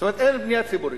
זאת אומרת, אין בנייה ציבורית,